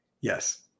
Yes